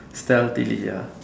still delete ah